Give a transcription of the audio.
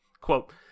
Quote